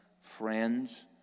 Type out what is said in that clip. friends